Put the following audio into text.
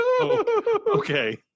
Okay